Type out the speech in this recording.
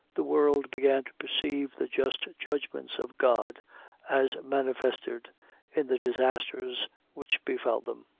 the world began to perceive the just judgments of god as manifested in the disasters which befel them,